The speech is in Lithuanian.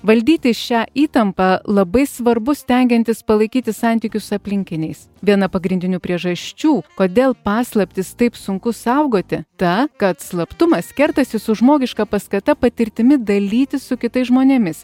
valdyti šią įtampą labai svarbu stengiantis palaikyti santykius su aplinkiniais viena pagrindinių priežasčių kodėl paslaptis taip sunku saugoti ta kad slaptumas kertasi su žmogiška paskata patirtimi dalytis su kitais žmonėmis